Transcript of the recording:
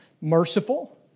Merciful